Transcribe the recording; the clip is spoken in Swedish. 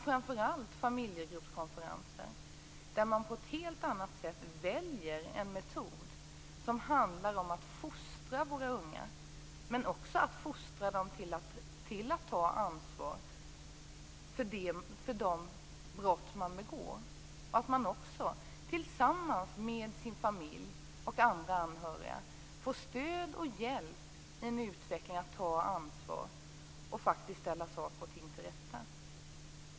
Framför allt gäller det familjegruppskonferenserna, där man på ett helt annat sätt väljer en metod som handlar om att fostra våra unga, även till att ta ansvar för de brott de begår. Vidare handlar det om att tillsammans med sin familj och andra anhöriga få stöd och hjälp i utvecklingen när det gäller att ta ansvar och att faktiskt ställa saker och ting till rätta.